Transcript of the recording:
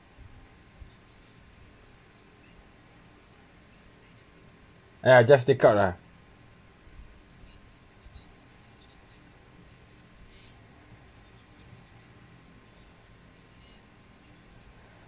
ya just pick up lah